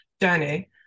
journey